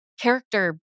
character